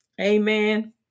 amen